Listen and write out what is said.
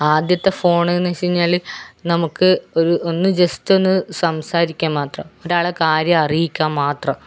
ആദ്യത്തെ ഫോൺ എന്നു വെച്ച് കഴിഞ്ഞാൽ നമുക്ക് ഒന്ന് ജസ്റ്റൊന്നു സംസാരിക്കുക മാത്രം ഒരാളെ കാര്യം അറിയിക്കുക മാത്രം